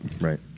Right